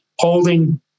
holding